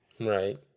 Right